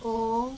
O